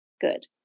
Good